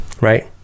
Right